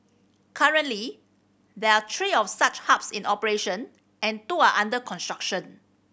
currently there are three of such hubs in operation and two are under construction